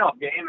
game